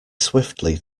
swiftly